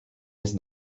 jest